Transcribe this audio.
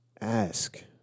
Ask